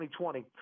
2020